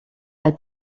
elle